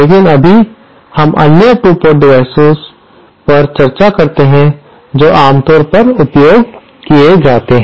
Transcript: लेकिन अभी हम अन्य 2 पोर्ट डिवाइसेस पर चर्चा करते हैं जो आमतौर पर उपयोग किए जाते हैं